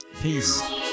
Peace